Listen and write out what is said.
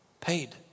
Paid